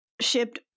shipped